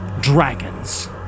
dragons